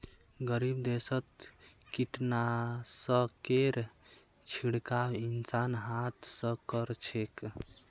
गरीब देशत कीटनाशकेर छिड़काव इंसान हाथ स कर छेक